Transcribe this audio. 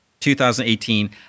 2018